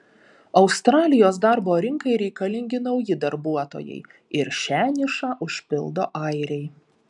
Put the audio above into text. australijos darbo rinkai reikalingi nauji darbuotojai ir šią nišą užpildo airiai